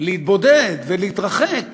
להתבודד ולהתרחק